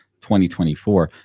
2024